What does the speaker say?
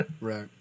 Right